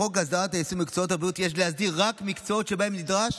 בחוק הסדרת העיסוק במקצועות הבריאות יש להסדיר רק מקצועות שבהם נדרש